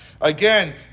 Again